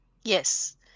Yes